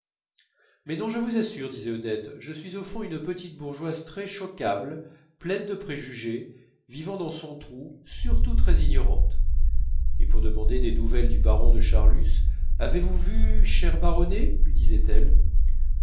mais non je vous assure disait odette je suis au fond une petite bourgeoise très choquable pleine de préjugés vivant dans son trou surtout très ignorante et pour demander des nouvelles du baron de charlus avez-vous vu cher baronet lui disait-elle